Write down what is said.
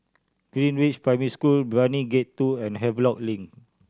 Greenridge Primary School Brani Gate Two and Havelock Link